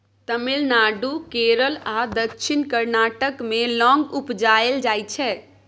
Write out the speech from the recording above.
तमिलनाडु, केरल आ दक्षिण कर्नाटक मे लौंग उपजाएल जाइ छै